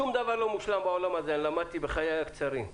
שום דבר לא מושלם בעולם הזה, למדתי בחיי הקצרים.